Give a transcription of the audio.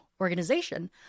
organization